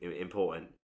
important